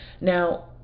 Now